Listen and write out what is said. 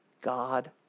God